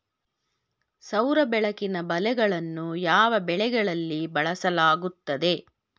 ಸೌರ ಬೆಳಕಿನ ಬಲೆಗಳನ್ನು ಯಾವ ಬೆಳೆಗಳಲ್ಲಿ ಬಳಸಲಾಗುತ್ತದೆ?